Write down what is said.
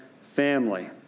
family